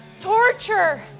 torture